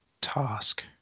task